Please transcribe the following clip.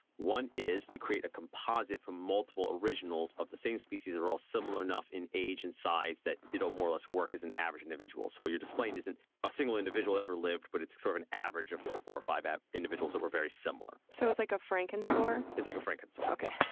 one is you create a composite from multiple originals of the same species that are all similar enough in age and size that it will more or less work as an average individual. so what you're displaying isn't a single individual that ever lived, but it's sort of an average of four or five individuals that were very similar. so it's like a frankensaur? it's like a frankensaur, yes.